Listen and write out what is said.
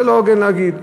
זה לא הוגן להגיד כך.